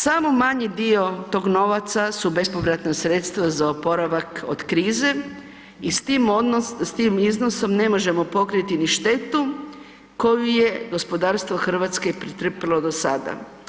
Samo manji dio tog novca su bespovratna sredstva za oporavak od krize i s tim iznosom ne možemo pokriti ni štetu koju je gospodarstvo Hrvatske pretrpilo do sada.